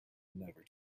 never